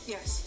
Yes